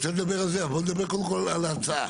על זה, אבל בוא נדבר קודם כל על ההצעה.